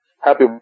happy